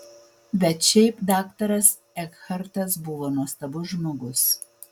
bet šiaip daktaras ekhartas buvo nuostabus žmogus